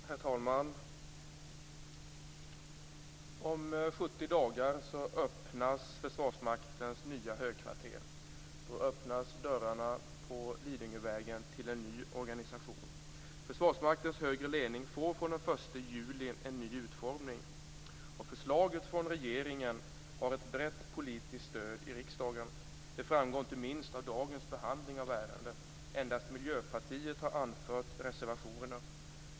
Herr talman! Om 70 dagar öppnas Försvarsmaktens nya högkvarter. Då öppnas dörrarna till en ny organisation vid Lidingövägen. Försvarsmaktens högre ledning får från den 1 juli en ny utformning. Förslaget från regeringen har ett brett politiskt stöd i riksdagen. Det framgår inte minst av dagens behandling av ärendet. Endast Miljöpartiet har avgett reservationer.